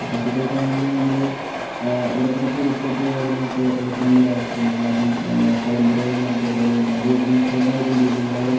പശുക്കൾക്കാണെങ്കില് നമ്മള് ഇടയ്ക്കിടയ്ക്ക് കുത്തിവെപ്പ് കാര്യങ്ങളൊക്കെ എടുക്കേണ്ട ഒരവസ്ഥയുണ്ട് കാരണം കുളമ്പ് രോഗം എന്ന് പറഞ്ഞിട്ടൊരു രോഗമുണ്ട് അത് ഇങ്ങനെ സ്പ്രെഡായി കൊണ്ടിരിക്കും ഓരോ